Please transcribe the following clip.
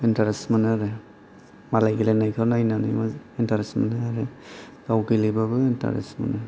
interest मोनो आरो मालाय गेलेनायखौ नायनानैबो इन्टारेस्ट मोनो आरो गाव गेलेब्लाबो इन्टारेस्ट मोनो